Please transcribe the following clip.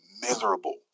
miserable